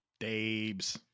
Dabes